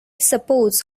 suppose